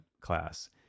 class